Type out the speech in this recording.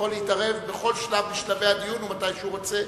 יכול להתערב בכל שלב משלבי הדיון, ומתי שהוא רוצה.